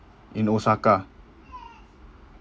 in osaka